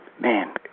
Man